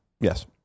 Yes